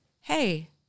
hey